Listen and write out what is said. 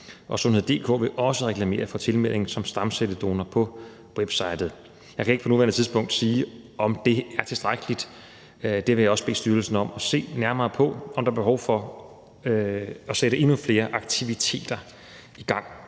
www.sundhed.dk vil også reklamere for tilmeldingen som stamcelledonor på websitet. Jeg kan ikke på nuværende tidspunkt sige, om det er tilstrækkeligt. Jeg vil også bede styrelsen om at se nærmere på, om der er behov for at sætte endnu flere aktiviteter i gang.